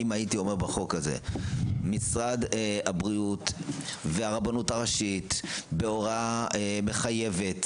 אם הייתי אומר פה בחוק הזה שמשרד הבריאות והרבנות הראשית בהוראה מחייבת,